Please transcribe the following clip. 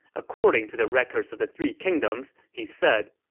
according to the records of the three kingdoms, he said,